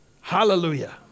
Hallelujah